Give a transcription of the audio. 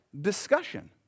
discussion